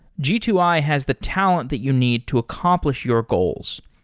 g two i has the talent that you need to accomplish your goals.